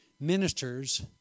ministers